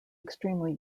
extremely